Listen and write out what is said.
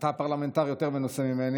אתה פרלמנטר יותר מנוסה ממני,